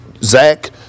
Zach